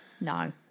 no